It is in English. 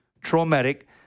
traumatic